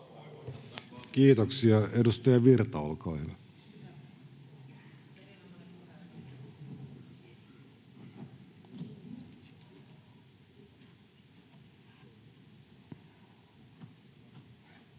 Kiitoksia. — Edustaja Virta, olkaa hyvä. Arvoisa